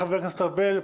חבר הכנסת ארבל,